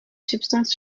substance